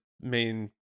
main